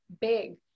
big